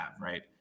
right